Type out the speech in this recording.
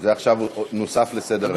זה עכשיו נוסף לסדר-היום.